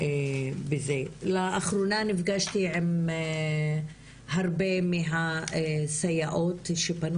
לאחרונה נפגשתי עם הרבה מהסייעות שפנו